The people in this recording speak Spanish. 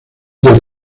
del